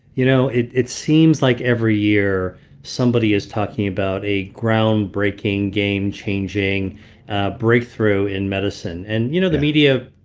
you know it it seems like every year somebody is talking about a groundbreaking, game-changing breakthrough in medicine. and you know the media